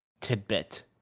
tidbit